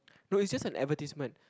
no it's just an advertisement